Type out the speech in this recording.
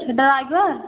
driver